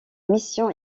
mission